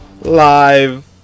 Live